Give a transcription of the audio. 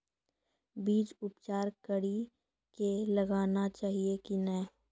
बीज उपचार कड़ी कऽ लगाना चाहिए कि नैय?